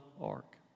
ark